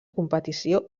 competició